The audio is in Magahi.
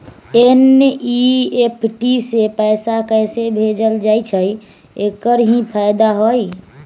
एन.ई.एफ.टी से पैसा कैसे भेजल जाइछइ? एकर की फायदा हई?